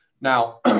Now